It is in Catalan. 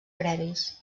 previs